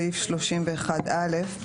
סעיף 31א: